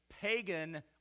pagan